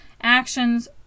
actions